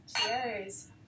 Cheers